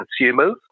consumers